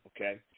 okay